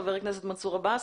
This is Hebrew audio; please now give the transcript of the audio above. חבר הכנסת מנסור עבאס.